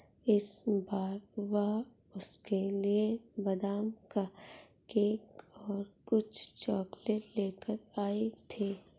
इस बार वह उसके लिए बादाम का केक और कुछ चॉकलेट लेकर आई थी